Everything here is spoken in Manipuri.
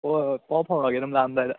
ꯍꯣꯏꯍꯣꯏ ꯄꯥꯎ ꯐꯥꯎꯔꯛꯑꯒꯦ ꯑꯗꯨꯝ ꯂꯥꯛꯑꯝꯗꯥꯏꯗ